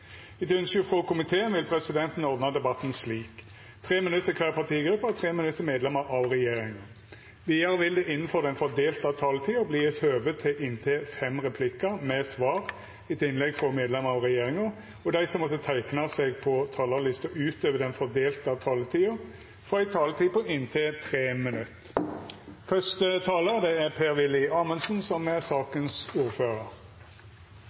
Etter ønske frå justiskomiteen vil presidenten ordna debatten slik: 3 minutt til kvar partigruppe og 3 minutt til medlemer av regjeringa. Vidare vil det – innanfor den fordelte taletida – verta høve til inntil fem replikkar med svar etter innlegg frå medlemer av regjeringa, og dei som måtte teikna seg på talarlista utover den fordelte taletida, får òg ei taletid på inntil 3 minutt. Endringer i ekomloven – ja, dette er en sak som